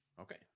okay